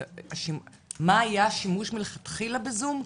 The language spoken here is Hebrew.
מה היה השימוש מלכתחילה בזום,